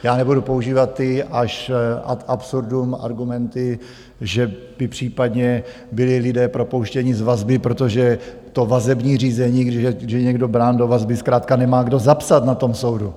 Já nebudu používat ty až ad absurdum argumenty, že by případně byli lidé propouštěni z vazby, protože to vazební řízení, když je někdo brán do vazby, zkrátka nemá kdo zapsat na tom soudu.